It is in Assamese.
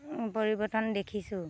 পৰিৱৰ্তন দেখিছোঁ